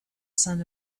sun